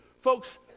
Folks